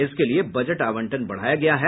इसके लिए बजट आवंटन बढाया गया है